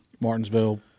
Martinsville